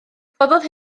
rhoddodd